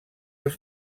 els